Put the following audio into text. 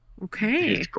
Okay